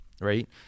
right